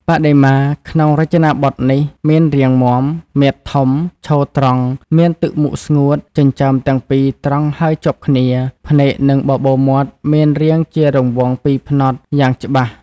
បដិមា ក្នុងរចនាបថនេះ មានរាងមាំ មាឌធំ ឈរត្រង់ មានទឹកមុខស្ងួត ចិញ្ចើមទាំងពីរត្រង់ហើយជាប់គ្នា ភ្នែកនិងបបូរមាត់មានរាងជារង្វង់ពីរផ្នត់ យ៉ាងច្បាស់ ។